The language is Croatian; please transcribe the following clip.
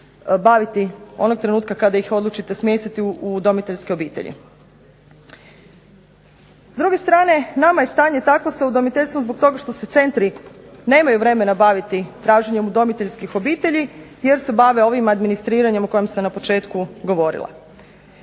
baviti onog trenutka kada ih odlučite smjestiti u udomiteljske obitelji? S druge strane nama je stanje takvo sa udomiteljstvom zbog toga što se centri nemaju vremena baviti traženjem udomiteljskih obitelji, jer se bave ovim administriranjem o kojem sam na početku govorila.